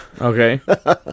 okay